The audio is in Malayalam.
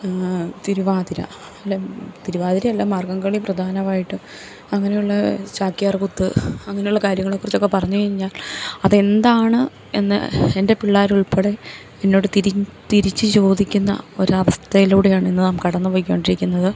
തിരുവാതിര തിരുവാതിരയല്ല മാർഗ്ഗംകളി പ്രധാനമായിട്ട് അങ്ങനെയുള്ള ചാക്യാർ കുത്ത് അങ്ങനെയുള്ള കാര്യങ്ങളെക്കുറിച്ചൊക്കെ പറഞ്ഞ് കഴിഞ്ഞാൽ അതെന്താണ് എന്ന് എൻ്റെ പിള്ളേരുൾപ്പടെ എന്നോട് തിരി തിരിച്ച് ചോദിക്കുന്ന ഒരവസ്ഥയിലൂടെയാണ് ഇന്ന് നാം കടന്ന് പോയിക്കൊണ്ടിരിക്കുന്നത്